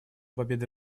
победы